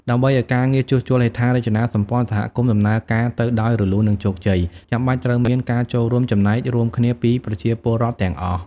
ដើម្បីឲ្យការងារជួសជុលហេដ្ឋារចនាសម្ព័ន្ធសហគមន៍ដំណើរការទៅដោយរលូន និងជោគជ័យ ចាំបាច់ត្រូវមានការចូលរួមចំណែករួមគ្នាពីប្រជាពលរដ្ឋទាំងអស់។